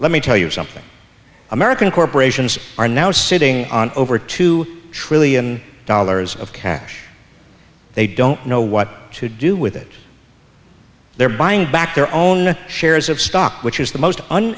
let me tell you something american corporations are now sitting on over two trillion dollars of cash they don't know what to do with it they're buying back their own shares of stock which is the most